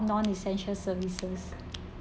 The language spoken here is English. non-essential services